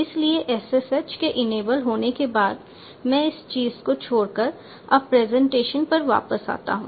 इसलिए SSH के enable होने के बाद मैं इस चीज़ को छोड़कर अब प्रेजेंटेशन पर वापस आता हूँ